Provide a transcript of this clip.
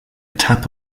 tap